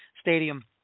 stadium